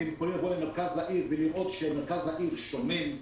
אתם יכולים לבוא למרכז העיר ולראות שמרכז העיר שומם,